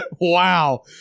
Wow